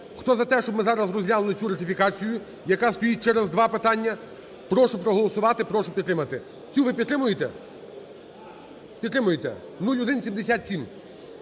Хто за те, щоб ми зараз розглянули цю ратифікацію, яка стоїть через два питання, прошу проголосувати. Прошу підтримати. Цю ви підтримуєте? Підтримуєте. 0177.